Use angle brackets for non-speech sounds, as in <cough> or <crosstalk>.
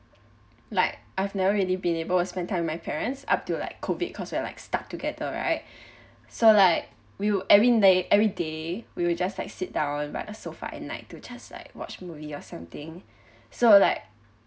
like I've never really been able to spend time with my parents up to like COVID cause we're like stuck together right <breath> so like we'll every day every day we were just like sit down by the sofa at night to just like watch movie or something so like